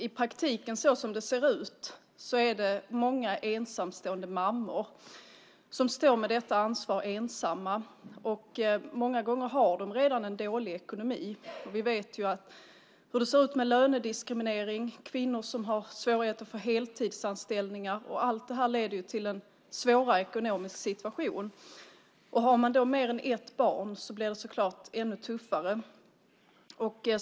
I praktiken är det många ensamstående mammor som står med detta ansvar. Många gånger har de redan en dålig ekonomi. Vi vet ju hur det ser ut med lönediskriminering och kvinnor som har svårighet att få heltidsanställningar. Allt det leder till en svår ekonomisk situation. Har man då mer än ett barn blir det så klart ännu tuffare.